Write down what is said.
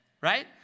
right